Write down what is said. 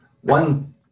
one